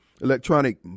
electronic